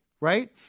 right